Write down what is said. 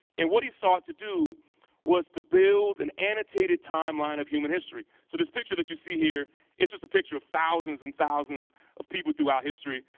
and what he sought out to do was to build an annotated timeline of human history. so this picture that you see here it's just a picture of thousands and thousands of people throughout history.